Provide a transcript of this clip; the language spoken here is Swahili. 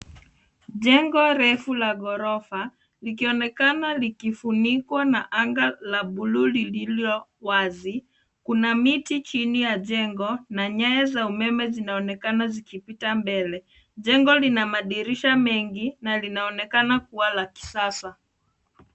Jengo refu la ghorofa likionekana likifunikwa na anga la buluuu lililo wazi. Kuna miti chini ya jengo na nyaya za umeme zinaonekana zikipita mbele. Jengo lina madirisha mengi na linaonekana kuwa la kisasa.